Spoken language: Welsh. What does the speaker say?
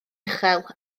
uchel